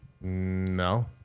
No